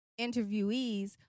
interviewees